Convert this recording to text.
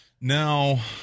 Now